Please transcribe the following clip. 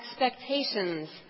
expectations